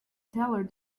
teller